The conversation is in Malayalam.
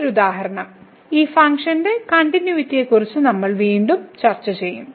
മറ്റൊരു ഉദാഹരണം ഈ ഫംഗ്ഷന്റെ കണ്ടിന്യൂയിറ്റിയെക്കുറിച്ച് നമ്മൾ വീണ്ടും ചർച്ച ചെയ്യും